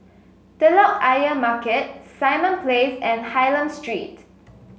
Telok Ayer Market Simon Place and Hylam Street